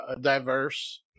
diverse